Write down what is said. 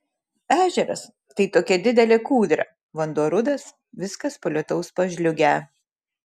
ežeras tai tokia didelė kūdra vanduo rudas viskas po lietaus pažliugę